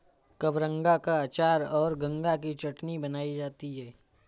कबरंगा का अचार और गंगा की चटनी बनाई जाती है